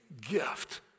gift